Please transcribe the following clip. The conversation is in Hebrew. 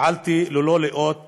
פעלתי ללא לאות